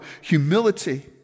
humility